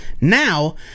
Now